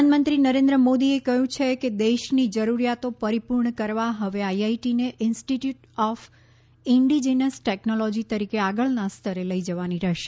પ્રધાનમંત્રી નરેન્દ્ર મોદીએ કહ્યું છે કે દેશની જરૂરિયાતો પરિપૂર્ણ કરવા હવે આઇઆઇટીને ઇન્સ્ટિટ્યૂટ ઓફ ઇન્ડિજીનસ ટેક્નોલોજી તરીકે આગળના સ્તરે લઈ જવાની રહેશે